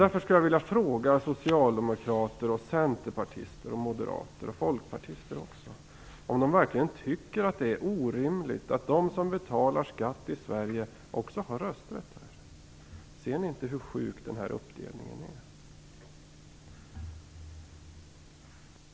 Därför skulle jag vilja fråga socialdemokrater, centerpartister, moderater och även folkpartister om de verkligen tycker att det är orimligt att de som betalar skatt i Sverige också har rösträtt här. Ser ni inte hur sjuk den här uppdelningen är?